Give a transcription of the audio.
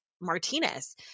Martinez